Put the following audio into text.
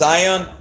Sion